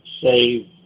save